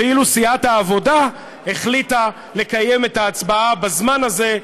ואילו סיעת העבודה החליטה לקיים את ההצבעה בזמן הזה,